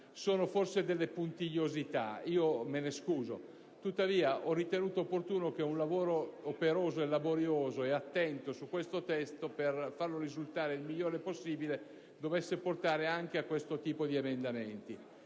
Sono forse delle puntigliosità, e me ne scuso, tuttavia ho ritenuto opportuno che un lavoro operoso, laborioso e attento su questo testo per farlo risultare il migliore possibile dovesse portare anche a questo tipo di emendamenti.